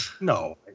No